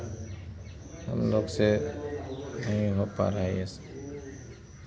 हम लोग से नहीं हो पा रहा है ये सब